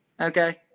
Okay